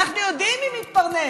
אנחנו יודעים מי מתפרנס